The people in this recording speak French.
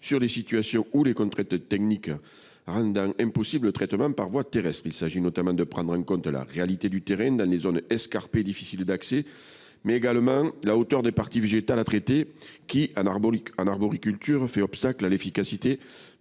sur les situations dans lesquelles des contraintes techniques rendent impossible le traitement par voie terrestre. Il s’agit notamment de prendre en compte la réalité du terrain dans les zones escarpées et difficiles d’accès, mais également la hauteur des parties végétales à traiter en arboriculture, qui fait obstacle à l’efficacité